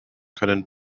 können